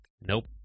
nope